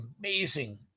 amazing